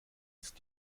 ist